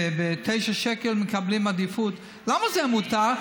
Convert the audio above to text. ב-9 שקלים מקבלים עדיפות, למה זה מותר?